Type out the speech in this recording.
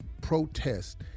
protest